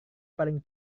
paling